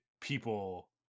people